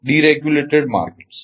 deregulated markets